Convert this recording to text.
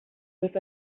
with